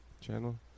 channel